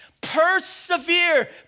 persevere